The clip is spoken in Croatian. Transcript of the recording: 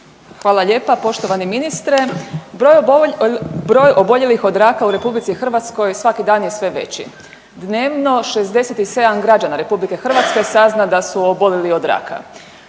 Hvala lijepa. Poštovani ministre, broj oboljelih od raka u RH svaki dan je sve veći. Dnevno 67 građana RH sazna da su obolili od raka,